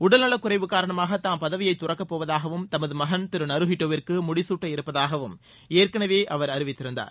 உடல்நலக்குறைவு காரணமாக தாம் பதவியை துறக்கப்போவதாகவும் தமது மகன் திரு நருஹிட்டோவிற்கு முடிசூட்ட இருப்பதாகவும் ஏற்கனவே அவர் அறிவித்திருந்தார்